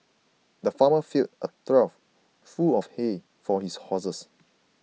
the farmer filled a trough full of hay for his horses